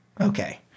Okay